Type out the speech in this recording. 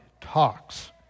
talks